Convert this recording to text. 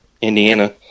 Indiana